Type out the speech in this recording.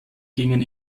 gingen